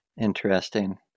Interesting